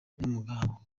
n’umugabo